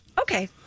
Okay